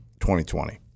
2020